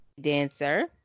dancer